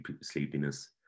sleepiness